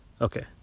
Okay